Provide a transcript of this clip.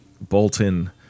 Bolton